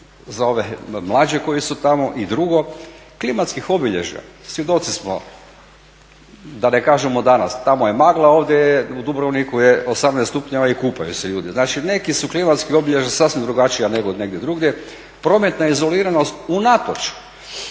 za ove mlađe koji su tamo i drugo klimatskih obilježja. Svjedoci smo da ne kažemo danas tamo je magla, a u Dubrovniku je 18 stupnjeva i kupaju se ljudi, znači neki su klimatski obilježja sasvim drugačija nego negdje drugdje. Prometna izoliranost unatoč